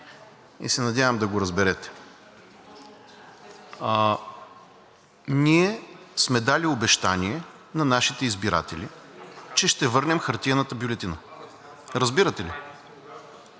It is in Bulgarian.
и се надявам да го разберете. Ние сме дали обещание на нашите избиратели, че ще върнем хартиената бюлетина. Разбирате ли?